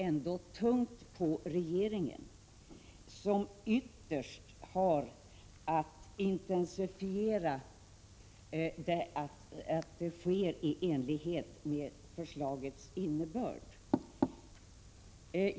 Jag anser att ansvaret vilar tungt på regeringen, som ytterst har att intensifiera arbetet och se till att allt sker i enlighet med förslagets innebörd.